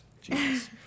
Jesus